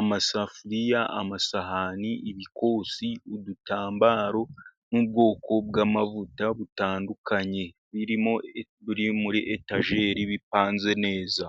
amasafuriya, amasahani, ibikosi, udutambaro, n'ubwoko bw'amavuta butandukanye birimo buri muri etajeri bipanze neza.